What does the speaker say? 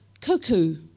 Cuckoo